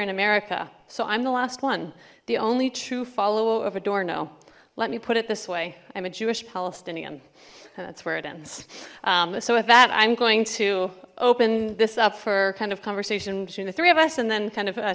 in america so i'm the last one the only true follower of a door no let me put it this way i'm a jewish palestinian and that's where it ends so with that i'm going to open this up for kind of conversation between the three of us and then kind of